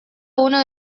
uno